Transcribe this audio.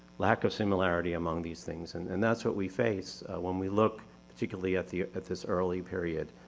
lack of similarity among these things and and that's what we face when we look particularly at the at this early period.